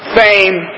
fame